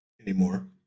anymore